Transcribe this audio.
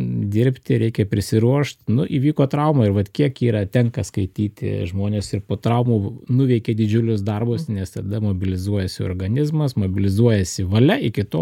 dirbti reikia prisiruošt nu įvyko trauma ir vat kiek yra tenka skaityti žmones ir po traumų nuveikė didžiulius darbus nes tada mobilizuojasi organizmas mobilizuojasi valia iki to